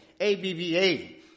A-B-B-A